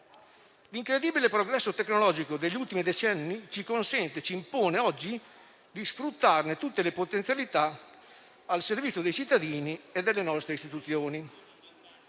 L'incredibile progresso tecnologico degli ultimi decenni ci consente e impone oggi di sfruttarne tutte le potenzialità, al servizio dei cittadini e delle nostre Istituzioni.